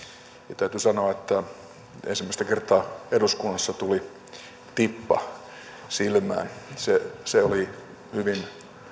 ja täytyy sanoa että ensimmäistä kertaa eduskunnassa tuli tippa silmään se se oli hyvin